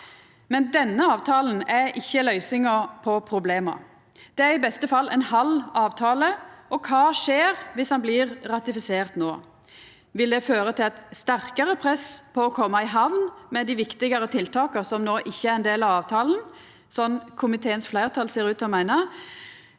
men denne avtalen er ikkje løysinga på problema. Det er i beste fall ein halv avtale. Kva skjer viss han blir ratifisert no? Vil det føra til eit sterkare press på å koma i hamn med dei viktigare tiltaka som no ikkje er ein del av avtalen, sånn komiteens fleirtal ser ut til å meina,